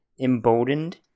emboldened